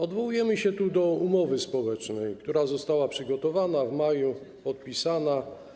Odwołujemy się do umowy społecznej, która została przygotowana i w maju podpisana.